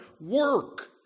Work